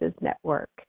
Network